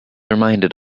reminded